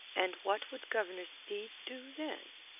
and what would governor steed do, then?